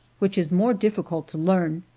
which is more difficult to learn.